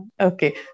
Okay